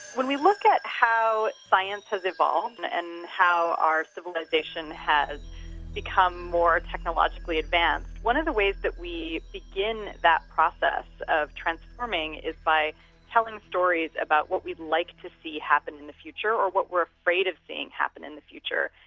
when you look at how science has evolved and how our civilisation has become more technologically advanced, one of the ways that we begin that process of transforming is by telling stories about what we'd like to see happen in the future, or what we're afraid of seeing happen in the future.